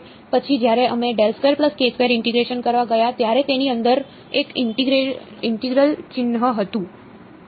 પછી જ્યારે અમે ઇન્ટીગ્રેશન કરવા ગયા ત્યારે તેની અંદર એક ઇન્ટેગ્રલ ચિહ્ન હતું